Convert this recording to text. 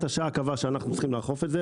השעה קבעה שאנחנו צריכים לאכוף את זה,